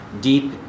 deep